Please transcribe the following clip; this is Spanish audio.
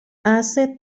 hace